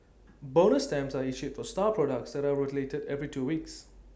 bonus stamps are issued for star products that are rotated every two weeks